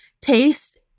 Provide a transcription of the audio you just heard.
taste